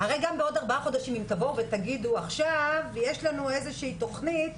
הרי אם תבואו בעוד ארבעה חודשים ותגידו שיש לכם עכשיו איזושהי תוכנית,